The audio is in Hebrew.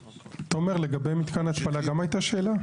תומר, לגבי מתקן התפלה גם הייתה שאלה?